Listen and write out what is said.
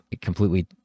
completely